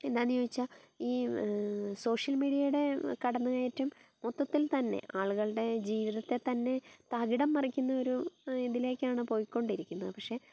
എന്താണെന്ന് ചോദിച്ചാൽ ഈ സോഷ്യൽ മീഡിയയുടെ കടന്ന് കയറ്റം മൊത്തത്തിൽ തന്നെ ആളുകളുടെ ജീവിതത്തെ തന്നെ തകിടം മറിക്കുന്ന ഒരു ഇതിലേക്കാണ് പോയിക്കൊണ്ടിരിക്കുന്നത് പക്ഷേ